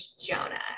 Jonah